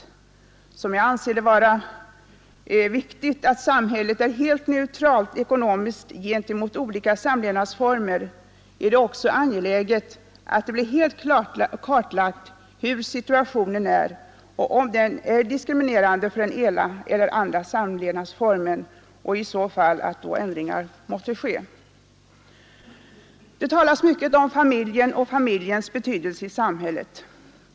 Eftersom jag anser det vara viktigt att samhället är helt neutralt ekonomiskt gentemot olika samlevnadsformer, är det också angeläget att det blir helt kartlagt hur situationen är och om den är diskriminerande för den ena eller andra samlevnadsformen. Om så är fallet måste ändringar ske. Det talas mycket om familjen och dennas betydelse i samhället.